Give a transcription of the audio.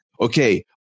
okay